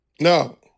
No